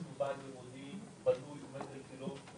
יש לנו בית במודיעין, בנוי ועומד על טילו.